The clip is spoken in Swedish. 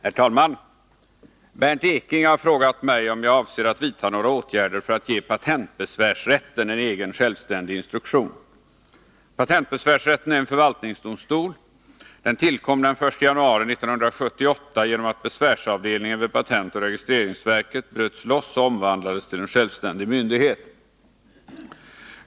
Herr talman! Bernt Ekinge har frågat mig om jag avser att vidta några åtgärder för att ge patentbesvärsrätten en egen självständig instruktion. Patentbesvärsrätten är en förvaltningsdomstol. Den tillkom den 1 januari 1978 genom att besvärsavdelningen vid patentoch registreringsverket bröts loss och omvandlades till en självständig myndighet.